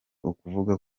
ukuvuga